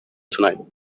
tonight